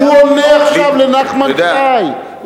הוא עונה עכשיו לנחמן שי.